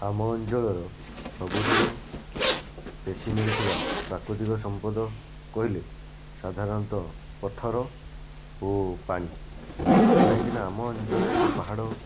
ଆମ ଅଞ୍ଚଳର ସବୁଠାରୁ ବେଶି ମିଳୁଥିବା ପ୍ରାକୃତିକ ସମ୍ପଦ କହିଲେ ସାଧାରଣତଃ ପଥର ଓ ପାଣି କାହିଁକିନା ଆମ ଅଞ୍ଚଳ ଏକ ପାହାଡ଼